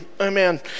amen